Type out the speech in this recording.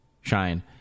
shine